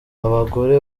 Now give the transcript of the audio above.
abagore